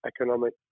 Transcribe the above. economic